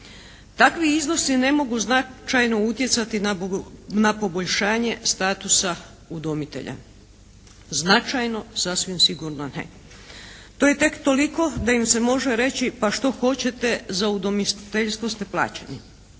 Takvi iznosi ne mogu značajno utjecati na poboljšanje statusa udomitelja, značajno sasvim sigurno ne. To je tek toliko da im se može reći pa što hoćete za udomiteljstvo ste plaćeni.